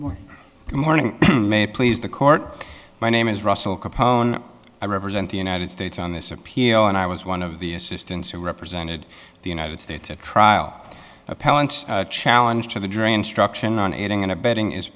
you morning may please the court my name is russell capone i represent the united states on this appeal and i was one of the assistants who represented the united states a trial appellant challenge to the jury instruction on aiding and abetting is